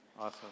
Awesome